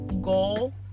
goal